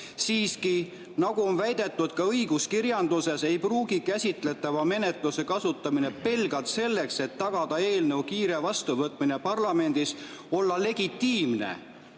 Siiski, nagu on viidatud ka õiguskirjanduses, ei pruugi käsitletava menetluse kasutamine pelgalt selleks, et tagada eelnõu kiire vastuvõtmine parlamendis, olla legitiimne,